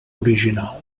original